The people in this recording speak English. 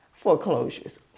foreclosures